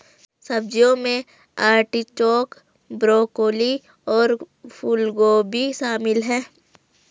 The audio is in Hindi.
सब्जियों में आर्टिचोक, ब्रोकोली और फूलगोभी शामिल है